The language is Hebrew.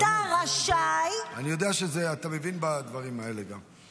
-- אתה רשאי --- אני יודע שאתה מבין בדברים האלה גם.